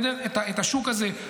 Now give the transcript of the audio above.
את השוק הזה.